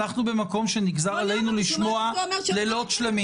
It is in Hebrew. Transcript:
אנחנו במקום שנגזר עלינו לשמוע לילות שלמים